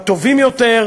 הטובים יותר,